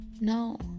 no